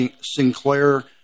Sinclair